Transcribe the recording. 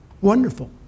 wonderful